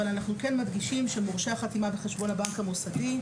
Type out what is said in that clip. אנחנו כן מדגישים שמורשי החתימה בחשבון הבנק המוסדי,